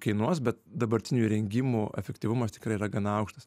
kainuos bet dabartinių įrengimų efektyvumas tikrai yra gana aukštas